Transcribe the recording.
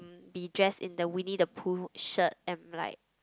be dressed in the Winnie-the-Pooh shirt and like